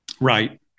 Right